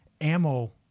ammo